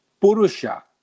Purusha